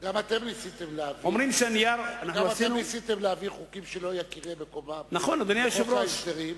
גם אתם ניסיתם להעביר חוקים שלא יכירם מקומם בחוק ההסדרים.